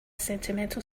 sentimental